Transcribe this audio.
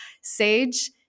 Sage